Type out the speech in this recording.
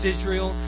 Israel